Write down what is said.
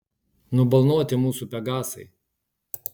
nubalnoti mūsų pegasai